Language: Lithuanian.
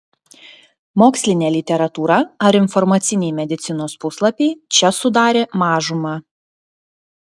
mokslinė literatūra ar informaciniai medicinos puslapiai čia sudarė mažumą